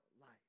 life